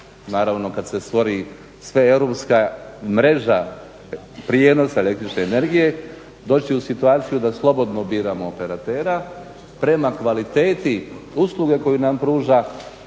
naravno kad se stvori, sve europska mreža prijenos električne energije doći u situaciju da slobodno biramo operatera prema kvaliteti usluge koju nam pruža